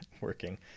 working